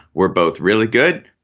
we're both really good.